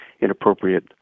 inappropriate